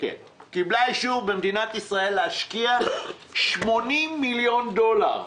להשקיע 80 מיליון דולר,